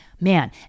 Man